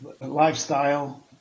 lifestyle